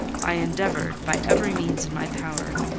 i endeavoured, by every means in my power,